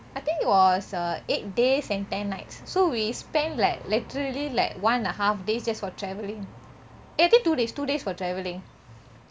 I think it was a eight days and ten nights so we spend like literally like one and a half days just for travelling eh I think two days two days for travelling